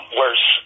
worse